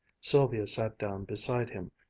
sylvia sat down beside him,